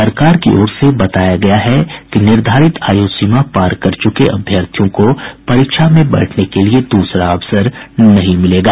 सरकार की ओर से बताया गया है कि निर्धारित आयु सीमा पार कर चुके अभ्यर्थियों को परीक्षा में बैठने के लिए दूसरा अवसर नहीं मिलेगा